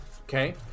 Okay